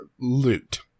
loot